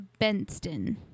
Benston